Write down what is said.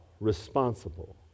responsible